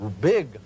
big